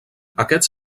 aquests